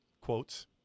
quotes